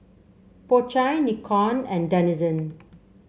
Po Chai Nikon and Denizen